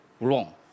wrong